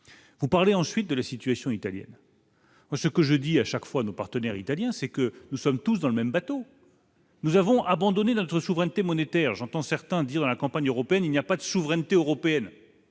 vous parlez ensuite de la situation italienne. Moi ce que je dis à chaque fois, nos partenaires italiens, c'est que nous sommes tous dans le même bateau. Nous avons abandonné notre souveraineté monétaire, j'entends certains dire la campagne européenne, il n'y a pas de souveraineté européenne,